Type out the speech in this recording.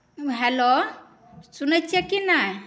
hello सुनै छिए कि नहि